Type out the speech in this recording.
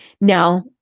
Now